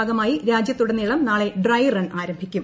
ഭാഗമായി രാജ്യത്തുടനീളം നാളെ ഡ്രൈ റൺ ആരംഭിക്കും